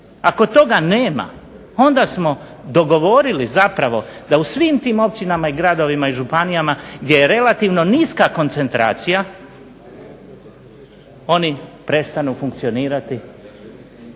Ako toga nema, onda smo dogovorili da u svim tim općinama, gradovima i županijama gdje je relativno niska koncentracija oni prestanu funkcionirati